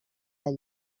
del